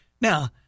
Now